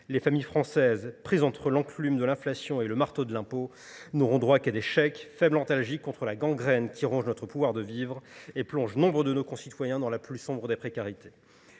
Les familles françaises, prises entre l'enclume de l'inflation et le marteau de l'impôt, n'auront droit qu'à des chèques, faibles analogiques contre la gangrène qui ronge notre pouvoir de vivre et plonge nombre de nos concitoyens dans la plus sombre des précarités.